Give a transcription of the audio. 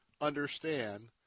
understand